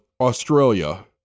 australia